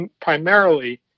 primarily